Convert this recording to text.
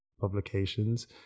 publications